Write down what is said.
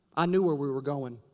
i knew where we were going.